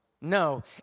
No